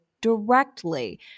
directly